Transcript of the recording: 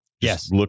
Yes